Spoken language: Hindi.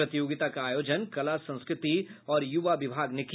प्रतियोगिता का आयोजन कला संस्कृति और युवा विभाग ने किया